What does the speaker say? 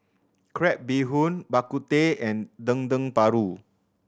crab bee hoon Bak Kut Teh and Dendeng Paru